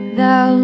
thou